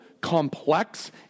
complex